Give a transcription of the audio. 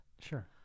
Sure